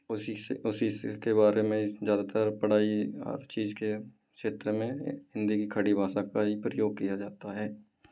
उसी से उसी से के बारे में ज़्यादातर पढ़ाई हर चीज के क्षेत्र में हिंदी की खड़ी भाषा का ही प्रयोग किया जाता है